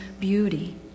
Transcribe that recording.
beauty